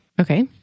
Okay